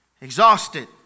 Exhausted